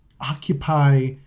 occupy